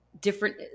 different